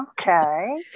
Okay